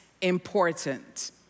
important